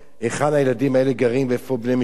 הילדים האלה גרים ואיפה בני-משפחותיהם.